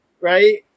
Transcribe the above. right